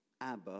Abba